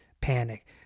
panic